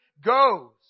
goes